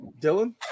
Dylan